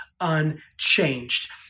unchanged